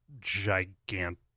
gigantic